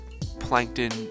Plankton